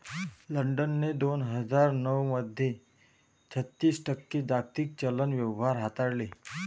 लंडनने दोन हजार नऊ मध्ये छत्तीस टक्के जागतिक चलन व्यवहार हाताळले